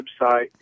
website